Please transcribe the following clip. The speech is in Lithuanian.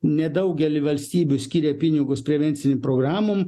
nedaugelyje valstybių skiria pinigus prevencijai programom